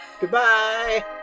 Goodbye